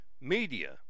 media